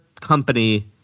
company